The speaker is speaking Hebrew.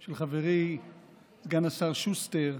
של חברי סגן השר שוסטר,